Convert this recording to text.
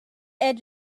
edge